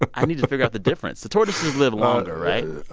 but i need to figure out the difference. the tortoises live longer, right?